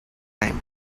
time